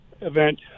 event